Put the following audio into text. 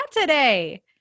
today